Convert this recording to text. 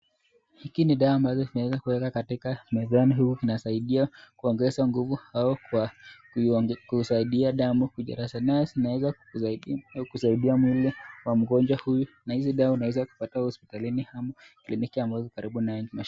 Hiki ni dawa ambacho kimweza kuweka katika mezani huu. Inasaidia kuongeza nguvu au kusaidia damu kujirasa. Nayo inaweza kusaidia mwili wa mgonjwa huyu na hizi dawa unaweza kupata hospitalini au kliniki ambayo iko karibu nawe.